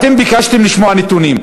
אתם ביקשתם לשמוע נתונים,